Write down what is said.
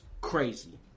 crazy